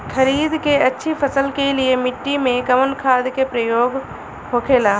खरीद के अच्छी फसल के लिए मिट्टी में कवन खाद के प्रयोग होखेला?